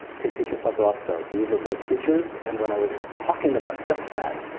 pay teachers like rock stars. these are both teachers, and when i was talking about just that,